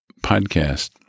podcast